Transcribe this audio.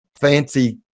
fancy